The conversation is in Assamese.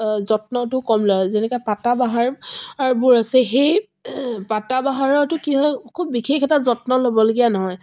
যত্নটো কম লয় যেনেকৈ পাতাবাহাৰ বোৰ আছে সেই পাতাবাহাৰটো কি হয় খুব বিশেষ এটা যত্ন ল'বলগীয়া নহয়